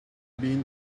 been